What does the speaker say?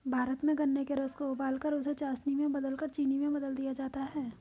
भारत में गन्ने के रस को उबालकर उसे चासनी में बदलकर चीनी में बदल दिया जाता है